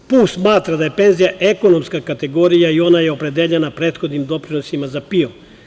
Dakle, PUPS smatra da je penzija ekonomska kategorija i ona je opredeljena prethodnim doprinosima za PIO.